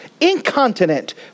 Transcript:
incontinent